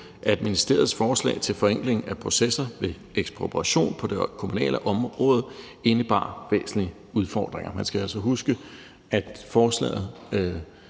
at ministeriets forslag til forenkling af processer ved ekspropriation på det kommunale område indebar væsentlige udfordringer. Man skal altså huske, at forslaget